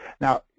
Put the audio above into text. Now